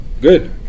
Good